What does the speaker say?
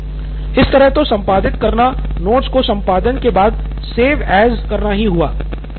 सिद्धार्थ मटूरी इस तरह तो संपादित करना नोट्स को संपादन के बाद सेव एज़ करना ही हुआ